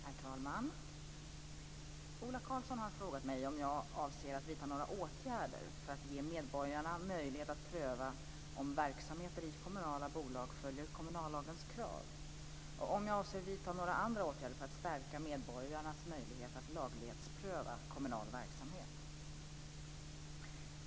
Herr talman! Ola Karlsson har frågat mig om jag avser att vidta några åtgärder för att ge medborgarna möjlighet att pröva om verksamheter i kommunala bolag följer kommunallagens krav och om jag avser vidta några andra åtgärder för att stärka medborgarnas möjlighet att laglighetspröva kommunal verksamhet.